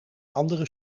andere